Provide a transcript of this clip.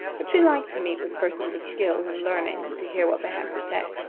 but she liked to meet with persons of skill and learning to hear what they had to say.